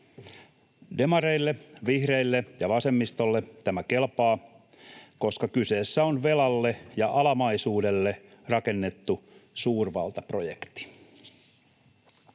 Demareille, vihreille ja vasemmistolle tämä kelpaa, koska kyseessä on velalle ja alamaisuudelle rakennettu suurvaltaprojekti.